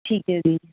ਠੀਕ ਹੈ ਜੀ